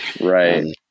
Right